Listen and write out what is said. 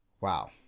Wow